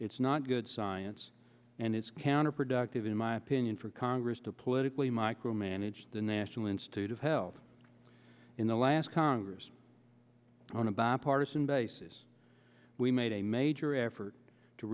it's not good science and it's counterproductive in my opinion for congress to politically micromanage the national institute of health in the last congress on a bipartisan basis we made a major effort to